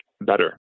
better